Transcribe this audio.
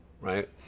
right